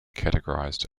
categorized